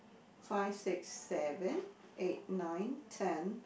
five six seven eight nine ten